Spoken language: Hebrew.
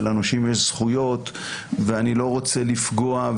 ולנושים יש זכויות ואני לא רוצה לפגוע,